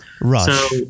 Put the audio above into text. Rush